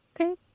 Okay